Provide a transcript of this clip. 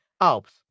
Alps